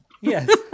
yes